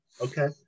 okay